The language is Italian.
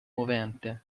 movente